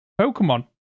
Pokemon